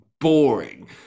boring